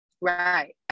right